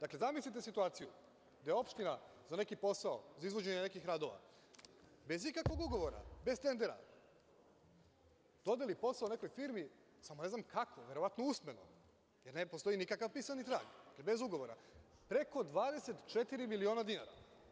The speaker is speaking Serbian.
Dakle, zamislite situaciju da je opština za neki posao, za izvođenje nekih radova, bez ikakvog ugovora, bez tendera dodelili posao nekoj firmi, samo ne znam kako, verovatno usmeno, jer ne postoji nikakav pisani trag, bez ugovora, preko 24 miliona dinara.